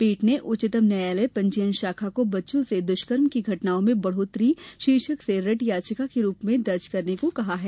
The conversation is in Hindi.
पीठ ने उच्चतम न्यायालय पंजीयन शाखा को बच्चों से दुष्कर्म की घटनाओं में बढ़ोतरी शीर्षक से रिट याचिका के रूप में दर्ज करने को कहा है